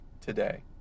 today